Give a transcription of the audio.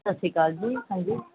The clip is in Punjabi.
ਸਤਿ ਸ਼੍ਰੀ ਅਕਾਲ ਜੀ ਹਾਂਜੀ